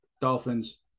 Dolphins